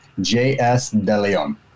JSDeLeon